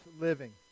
living